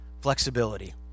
flexibility